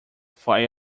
fire